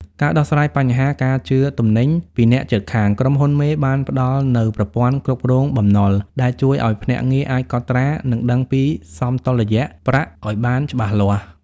ការដោះស្រាយបញ្ហា "ការជឿទំនិញ" ពីអ្នកជិតខាង ក្រុមហ៊ុនមេបានផ្ដល់នូវ "ប្រព័ន្ធគ្រប់គ្រងបំណុល" ដែលជួយឱ្យភ្នាក់ងារអាចកត់ត្រា និងដឹងពីសមតុល្យប្រាក់ឱ្យបានច្បាស់លាស់។